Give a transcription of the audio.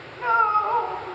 No